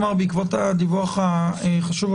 בעקבות הדיווח החשוב,